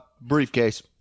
Briefcase